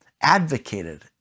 advocated